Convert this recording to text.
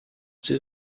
too